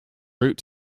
route